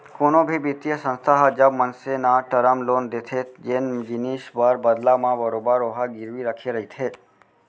कोनो भी बित्तीय संस्था ह जब मनसे न टरम लोन देथे जेन जिनिस बर बदला म बरोबर ओहा गिरवी रखे रहिथे